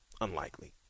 Unlikely